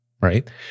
right